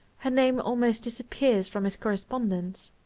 her name almost disappears from his correspondence.